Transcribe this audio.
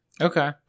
Okay